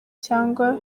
cyangwa